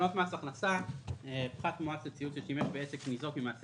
תקנות מס הכנסה (פחת מואץ לציוד ששימש בעסק שניזוק ממעשה